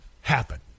happen